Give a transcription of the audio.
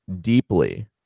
deeply